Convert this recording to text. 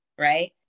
right